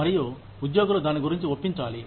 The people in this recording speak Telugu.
మరియు ఉద్యోగులు దాని గురించి ఒప్పించాలి